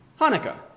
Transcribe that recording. Hanukkah